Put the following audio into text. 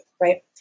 right